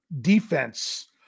defense